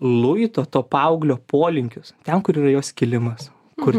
luito to paauglio polinkius ten kur yra jo skilimas kur